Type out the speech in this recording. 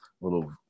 little